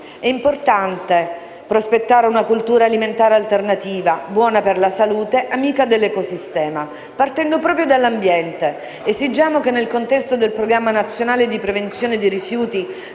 È importante prospettare una cultura alimentare alternativa, buona per la salute, amica dell'ecosistema. Partendo proprio dall'ambiente, esigiamo che nel contesto del programma nazionale di prevenzione dei rifiuti